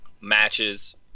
matches